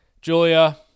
Julia